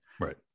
right